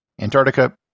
Antarctica